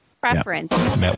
preference